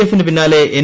എഫിന് പിന്നാലെ എൻ